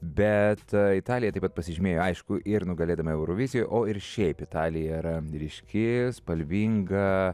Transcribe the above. bet italija taip pat pasižymėjo aišku ir nugalėdama eurovizijoj o ir šiaip italija yra ryški spalvinga